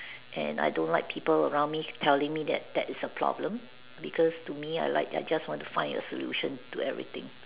and I don't like people around me telling me that that is a problem because to me I like I just want to find a solution to everything